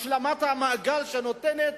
השלמת המעגל, שנותנת